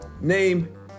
Name